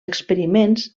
experiments